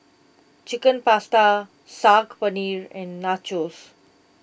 Chicken Pasta Saag Paneer and Nachos